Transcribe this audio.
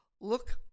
Look